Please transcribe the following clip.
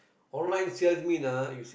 online sale mean ah